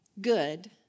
good